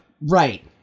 Right